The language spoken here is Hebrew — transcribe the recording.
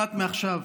אחת מעכשיו.